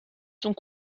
sont